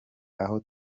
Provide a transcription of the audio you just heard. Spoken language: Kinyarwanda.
aho